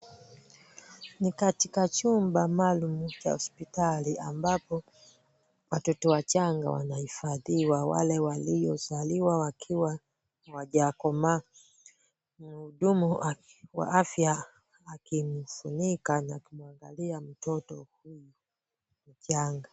Ni katika chumba maalum cha hospitali ambapo watoto wachanga wanahifadiwa, wale waliozaliwa wakiwa hawajakomaa, mhudhumu wa afya akimfunika na kumwangalia mtoto huyo mchanga.